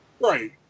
Right